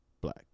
black